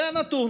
זה הנתון.